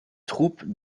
troupes